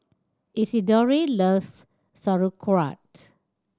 Isidore loves Sauerkraut